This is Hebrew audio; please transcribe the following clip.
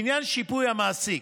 בעניין שיפוי המעסיק